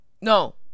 No